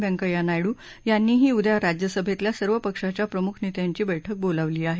व्यंकय्या नायडू यांनीही उद्या राज्यसभेतल्या सर्व पक्षाच्या प्रमुख नेत्यांची बैठक बोलावली आहे